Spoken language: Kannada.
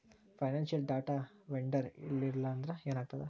ಫೈನಾನ್ಸಿಯಲ್ ಡಾಟಾ ವೆಂಡರ್ ಇರ್ಲ್ಲಿಲ್ಲಾಂದ್ರ ಏನಾಗ್ತದ?